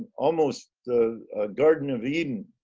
almost the garden of eden.